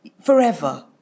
forever